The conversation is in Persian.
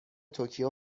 توکیو